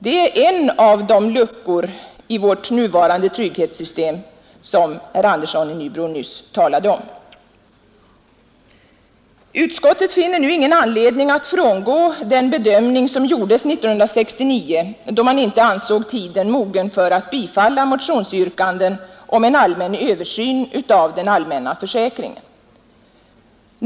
Det är en av de luckor i vårt nuvarande trygghetssystem som herr Andersson i Nybro nyss talade om, Utskottet finner nu ingen anledning att frångå den bedömning som gjordes 1969, då riksdagen inte ansåg tiden mogen för att bifalla motionsyrkanden om en allmän översyn av den allmänna försäkringen.